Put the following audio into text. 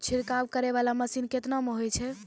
छिड़काव करै वाला मसीन केतना मे होय छै?